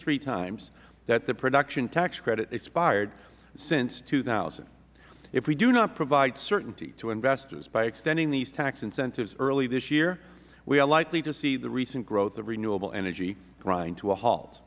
three times that the production tax credit expired since two thousand if we do not provide certainty to investors by extending these tax incentives early this year we are likely to see the recent growth of renewable energy grind to a halt